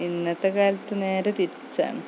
ഇന്നത്തെക്കാലത്ത് നേരെ തിരിച്ചാണ്